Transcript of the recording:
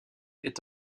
est